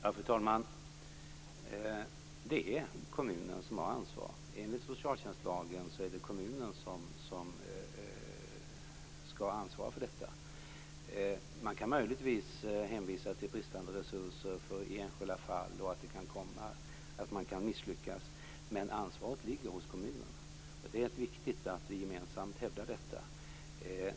Fru talman! Det är kommunen som har ansvaret. Enligt socialtjänstlagen är det kommunen som skall ansvara för detta. Man kan möjligtvis hänvisa till bristande resurser i enskilda fall, och man kan misslyckas. Men ansvaret ligger hos kommunen. Det är viktigt att vi gemensamt hävdar detta.